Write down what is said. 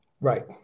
Right